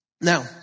Now